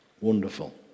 Wonderful